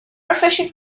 efficient